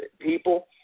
people